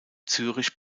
zürich